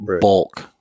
bulk